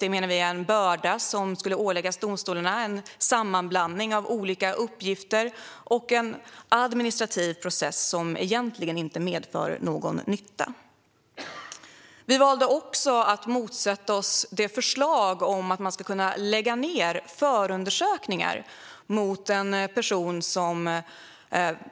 Det menar vi är en börda som skulle åläggas domstolarna. Det är en sammanblandning av olika uppgifter och en administrativ process som egentligen inte medför någon nytta. Vi valde också att motsätta oss förslaget om att man ska kunna lägga ned en förundersökning om ett brott